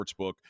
Sportsbook